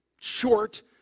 short